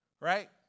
right